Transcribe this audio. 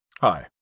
Hi